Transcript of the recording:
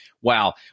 wow